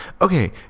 Okay